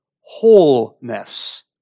wholeness